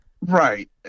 Right